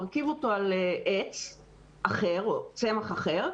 מרכיב אותו על עץ או צמח אחר,